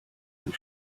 and